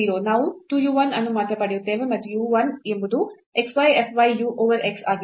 ನಾವು 2 u 1 ಅನ್ನು ಮಾತ್ರ ಪಡೆಯುತ್ತೇವೆ ಮತ್ತು u 1 ಎಂಬುದು x y f y u over x ಆಗಿದೆ